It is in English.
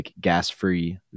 gas-free